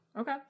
Okay